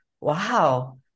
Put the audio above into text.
Wow